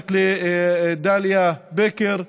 מיוחדת לדליה בקר,